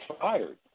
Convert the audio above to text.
fired